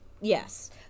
Yes